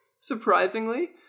surprisingly